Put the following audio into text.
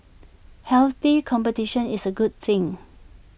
healthy competition is A good thing